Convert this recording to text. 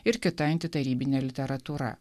ir kita antitarybinė literatūra